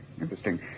Interesting